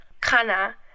kana